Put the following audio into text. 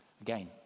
Again